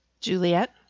Juliet